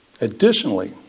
Additionally